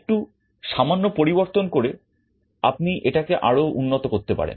একটু সামান্য পরিবর্তন করে আপনি এটাকে আরো উন্নত করতে পারেন